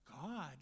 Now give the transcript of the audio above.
God